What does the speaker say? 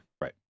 Right